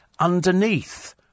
underneath